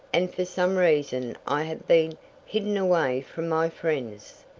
and for some reason i have been hidden away from my friends,